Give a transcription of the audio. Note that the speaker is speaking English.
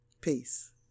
Peace